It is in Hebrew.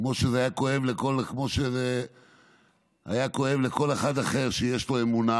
כמו שזה היה כואב לכל אחד אחר שיש לו אמונה